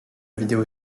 vidéo